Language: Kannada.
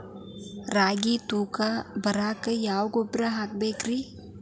ರಾಗಿ ತೂಕ ಬರಕ್ಕ ಯಾವ ಗೊಬ್ಬರ ಹಾಕಬೇಕ್ರಿ?